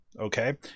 Okay